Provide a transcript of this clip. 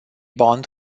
bond